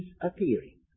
appearing